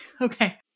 okay